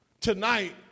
tonight